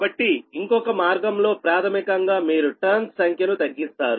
కాబట్టి ఇంకొక మార్గంలో ప్రాథమికంగా మీరు టర్న్స్ సంఖ్యను తగ్గిస్తారు